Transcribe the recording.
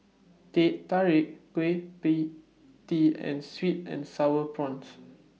Teh Tarik Kueh PIE Tee and Sweet and Sour Prawns